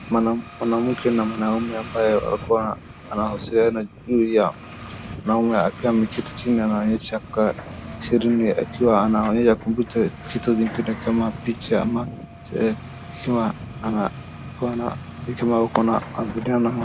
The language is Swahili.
Mwanamke na mwanaume ambaye walikuwa wanahusiana juu ya mwanaume akiwa ameketi chini anaonyesha screen akiwa anaonyesha kompyuta, vitu vingine kama picha ama ikiwa ana ana kama kuna video.